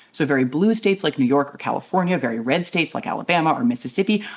so very blue states like new york or california, very red states like alabama or mississippi,